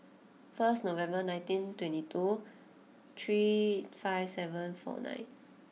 first November nineteen twenty two three five seven four nine